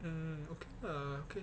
mm uh okay